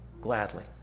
gladly